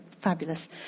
fabulous